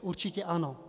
Určitě ano.